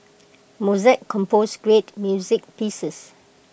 Mozart composed great music pieces